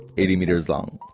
eighty meters long.